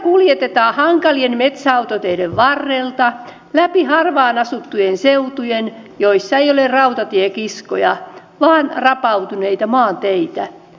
puuta kuljetetaan hankalien metsäautoteiden varrelta läpi harvaan asuttujen seutujen missä ei ole rautatiekiskoja vaan rapautuneita maanteitä